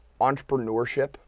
entrepreneurship